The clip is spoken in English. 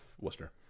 Worcester